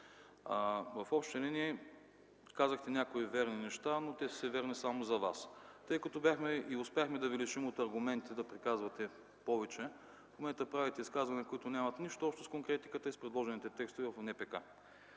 В общи линии, казахте някои верни неща, но те са си верни само за вас. Тъй като успяхме да ви лишим от аргументите да приказвате повече, в момента правите изказвания, които нямат нищо общо с конкретиката и с предложените текстове по НПК.